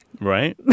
Right